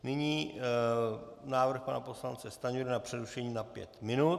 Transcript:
Nyní návrh pana poslance Stanjury na přerušení na pět minut.